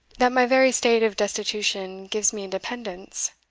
that my very state of destitution gives me independence.